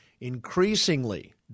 increasingly